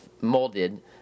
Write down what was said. molded